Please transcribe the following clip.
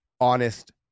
honest